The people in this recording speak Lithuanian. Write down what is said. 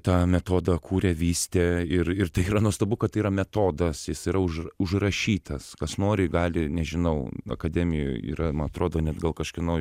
tą metodą kūrė vystė ir ir tai yra nuostabu kad tai yra metodas jis yra už užrašytas kas nors gali nežinau akademijoj yra man atrodo net gal kažkieno